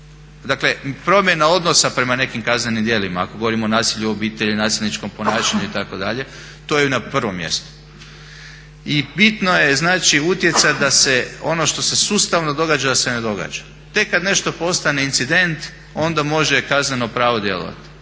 dakle promjena odnosa prema nekim kaznenim djelima, ako govorimo o nasilju u obitelji, nasilničkom ponašanju itd., to je na prvom mjestu. I bitno je znači utjecati da se ono što se sustavno događa da se ne događa. Tek kad nešto postane incident onda može kazneno pravo djelovat,